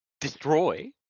destroy